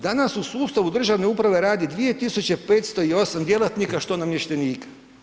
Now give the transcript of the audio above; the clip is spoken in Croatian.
Danas u sustavu državne uprave radi 2508 djelatnika što namještenika.